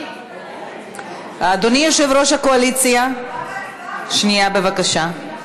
אדוני יושב-ראש הקואליציה, שנייה בבקשה.